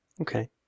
Okay